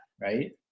Right